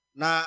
na